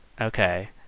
Okay